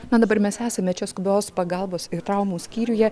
na dabar mes esame čia skubios pagalbos ir traumų skyriuje